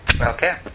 okay